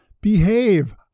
Behave